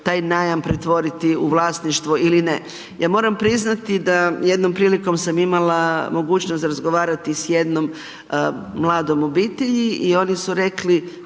taj najam pretvoriti u vlasništvo ili ne. Ja moram priznati da jednom prilikom sam imala mogućnost razgovarati s jednom mladom obitelji i oni su rekli,